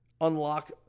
unlock